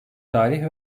tarih